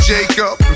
Jacob